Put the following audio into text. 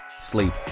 sleep